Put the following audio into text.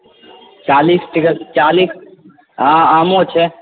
चालीस टके हॅं आमो छै